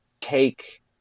take